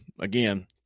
Again